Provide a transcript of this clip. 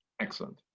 excellent